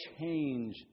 change